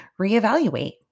reevaluate